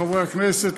חברי הכנסת,